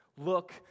Look